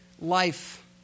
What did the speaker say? life